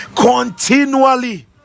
continually